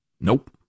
Nope